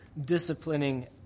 disciplining